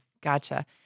Gotcha